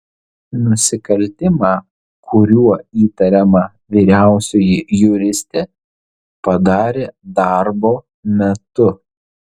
nusikaltimą kuriuo įtariama vyriausioji juristė padarė darbo metu